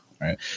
right